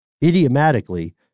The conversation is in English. idiomatically